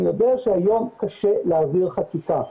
אני יודע שהיום קשה להעביר חקיקה.